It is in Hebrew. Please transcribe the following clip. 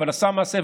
אבל עשה מעשה,